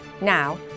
now